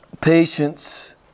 patience